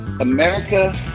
America